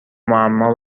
معما